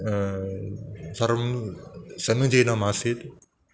सर्वं समीचीनमासीत्